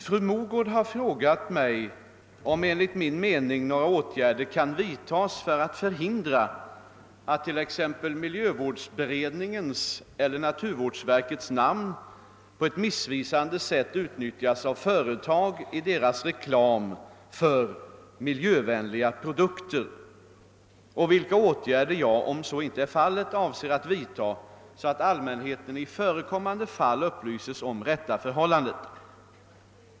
Fru Mogård har frågat mig om enligt min mening några åtgärder kan vidtas för att förhindra att t.ex. miljövårdsberedningens eller naturvårdsverkets namn på ett missvisande sätt utnyttjas av företag i deras reklam för »miljövänliga« produkter och vilka åtgärder jag, om så inte är fallet, avser att vidta så att allmänheten i förekommande fall upplyses om det rätta förhållandet.